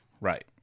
right